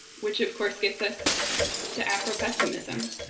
which of course gets us to afropessimism,